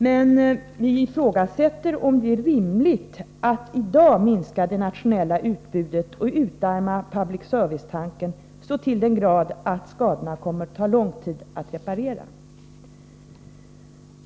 Men vi ifrågasätter om det är rimligt att i dag minska det nationella utbudet och utarma public service-tanken så till den grad att skadorna kommer att ta lång tid att reparera.